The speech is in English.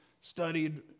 studied